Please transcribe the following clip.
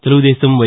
Telugu Desam why